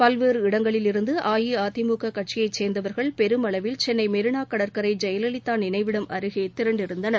பல்வேறு இடங்களிலிருந்துஅஇஅதிமுககட்சியைச் சேர்ந்தவர்கள் பெருமளவில் சென்னைமெரினாகடற்கரைஜெயலலிதாநினைவிடம் அருகேதிரண்டிருந்தனர்